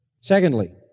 Secondly